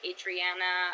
Adriana